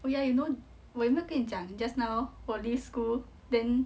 oh yeah you know 我有没有跟你讲 just now 我 leave school then